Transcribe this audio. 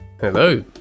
Hello